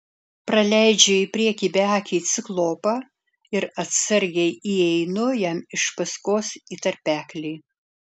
praleidžiu į priekį beakį ciklopą ir atsargiai įeinu jam iš paskos į tarpeklį